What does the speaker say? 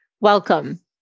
Welcome